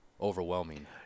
overwhelming